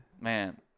Man